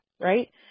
right